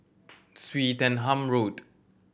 Swettenham Road